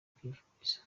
kwivuriza